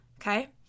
okay